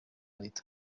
leta